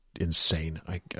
insane